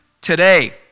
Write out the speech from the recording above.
today